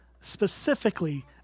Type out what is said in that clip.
specifically